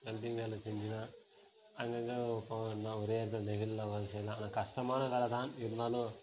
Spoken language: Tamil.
வெல்டிங் வேலை செஞ்சோன்னா அங்கே அங்கே போகாம ஒரே இடத்துல நெழல்ல வேலை செய்யலாம் ஆனால் கஷ்டமான வேலை தான் இருந்தாலும்